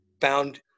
found